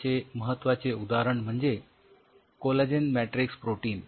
याचे महत्वाचे उदाहरण म्हणजे कोलॅजिन मॅट्रिक्स प्रोटीन